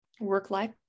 work-life